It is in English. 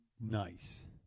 nice